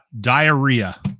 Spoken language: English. diarrhea